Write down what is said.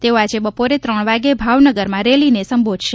તેઓ આજે બપોરે ત્રણ વાગે ભાવનગરમાં રેલીને સંબોધશે